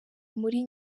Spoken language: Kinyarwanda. muri